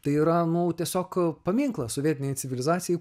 tai yra nu tiesiog paminklas sovietinei civilizacijai